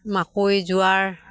মাকৈ যোৱাৰ